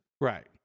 Right